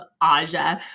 Aja